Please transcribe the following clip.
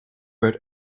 but